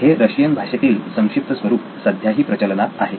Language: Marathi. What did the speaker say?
हे रशियन भाषेतील संक्षिप्त स्वरूप सध्याही प्रचलनात आहे